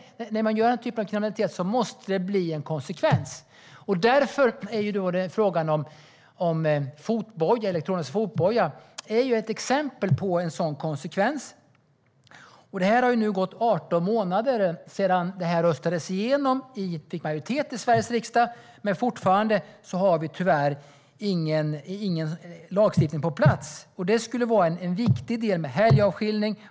När man begår den här typen av kriminella handlingar måste det bli en konsekvens. Elektronisk fotboja är ett exempel på en sådan konsekvens. Det har nu gått 18 månader sedan det här röstades igenom och fick majoritet i Sveriges riksdag, men fortfarande har vi tyvärr ingen lagstiftning på plats. Det skulle vara ett viktigt steg med helgavskiljning.